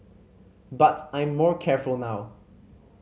but I'm more careful now